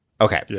Okay